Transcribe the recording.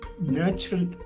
natural